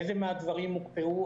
איזה מהדברים הוקפאו,